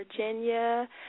virginia